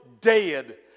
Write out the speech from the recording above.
dead